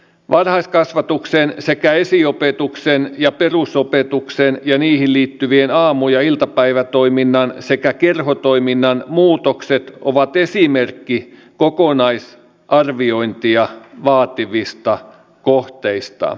varhaiskasvatuksen sekä esiopetuksen ja perusopetuksen ja niihin liittyvien aamu ja iltapäivätoiminnan sekä kerhotoiminnan muutokset ovat esimerkki kokonaisarviointia vaativista kohteista